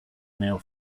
neo